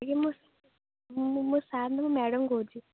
ଆଜ୍ଞା ମୁଁ ମୁଁ ମୁଁ ସାର୍ ନୁହେଁ ମ୍ୟାଡ଼ମ୍ କହୁଛି